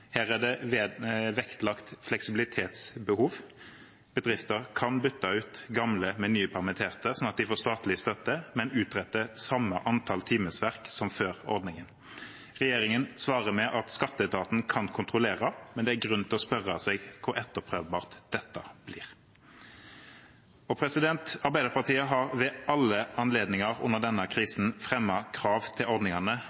Her er det vektlagt fleksibilitetsbehov. Bedrifter kan bytte ut gamle med nye permitterte, slik at de får statlig støtte, men utretter samme antall timeverk som før ordningen. Regjeringen svarer med at skatteetaten kan kontrollere, men det er grunn til å spørre seg hvor etterprøvbart dette blir. Arbeiderpartiet har ved alle anledninger under denne